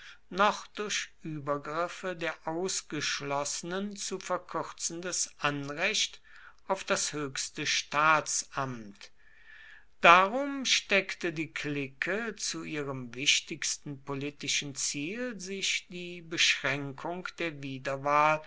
noch durch übergriffe der ausgeschlossenen zu verkürzendes anrecht auf das höchste staatsamt darum steckte die clique zu ihrem wichtigsten politischen ziel sich die beschränkung der wiederwahl